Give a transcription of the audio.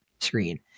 screen